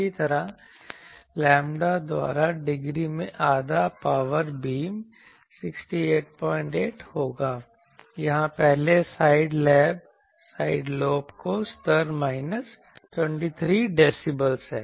इसी तरह लैम्ब्डा द्वारा डिग्री में आधा पावर बीम 688 होगा यहां पहले साइड लोब का स्तर माइनस 23 dB है